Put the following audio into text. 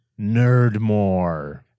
Nerdmore